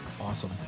Awesome